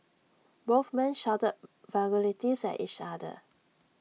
both men shouted vulgarities at each other